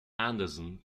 anderson